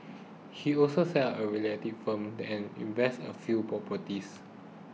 he also set up a realty firm and invested in a few properties